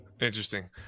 Interesting